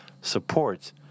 supports